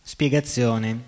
Spiegazione